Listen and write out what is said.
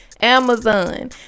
Amazon